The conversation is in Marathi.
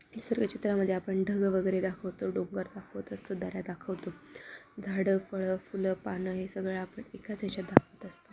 निसर्ग चित्रामध्ये आपण ढग वगैरे दाखवतो डोंगर दाखवत असतो दऱ्या दाखवतो झाडं फळं फुलं पानं हे सगळं आपण एकाच याच्यात दाखवत असतो